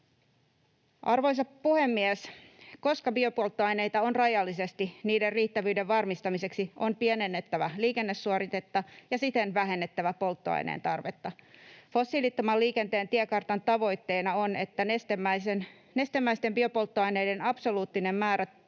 Arvoisa puhemies! Koska biopolttoaineita on rajallisesti, niiden riittävyyden varmistamiseksi on pienennettävä liikennesuoritetta ja siten vähennettävä polttoaineen tarvetta. Fossiilittoman liikenteen tiekartan tavoitteena on, että nestemäisten biopolttoaineiden absoluuttinen määrä